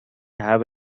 have